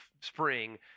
spring